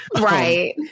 right